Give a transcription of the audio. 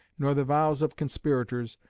nor the vows of conspirators,